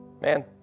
man